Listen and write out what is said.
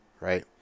right